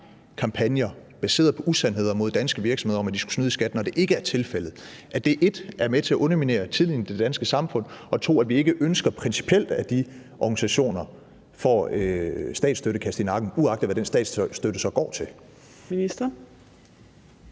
kampagner baseret på usandheder mod danske virksomheder, om, at de skulle snyde i skat, når det ikke er tilfældet, er med til at underminere tilliden i det danske samfund. Og er ministeren enig i, at vi principielt ikke ønsker, at de organisationer får statsstøtte kastet i nakken, uagtet hvad den statsstøtte så går til?